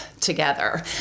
together